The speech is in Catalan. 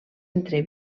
entre